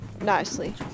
nicely